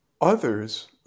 others